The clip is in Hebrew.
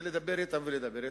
ולדבר אתם ולדבר אתם,